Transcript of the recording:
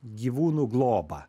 gyvūnų globą